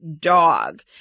dog